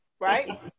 right